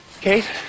Kate